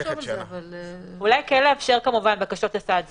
אולי לאפשר בקשות לסעד זמני,